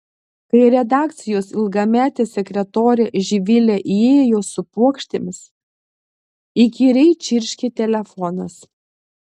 kai redakcijos ilgametė sekretorė živilė įėjo su puokštėmis įkyriai čirškė telefonas